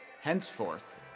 henceforth